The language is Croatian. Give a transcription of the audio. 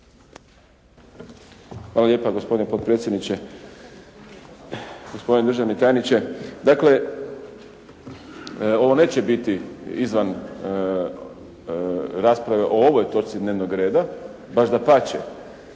Hvala lijepa gospodine potpredsjedniče, gospodine državni tajniče, dakle ovo neće biti izvan rasprave o ovoj točci dnevnog reda. Baš dapače,